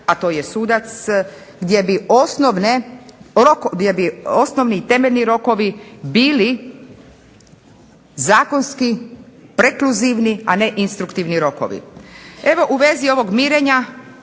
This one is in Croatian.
osnovne, gdje bi osnovni i temeljni rokovi bili zakonski, prekluzivni, a ne instruktivni rokovi. Evo u vezi ovog mirenja,